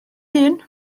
hun